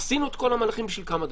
עשינו את כל המהלכים בשביל כמה דברים.